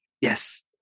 Yes